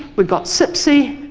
we've got cipsea,